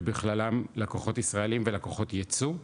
ובכללם לקוחות ישראלים ולקוחות ייצוא,